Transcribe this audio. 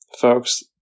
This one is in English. folks